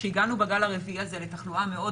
כשהגענו בגל הרביעי הזה לתחלואה מאוד